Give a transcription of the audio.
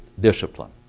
discipline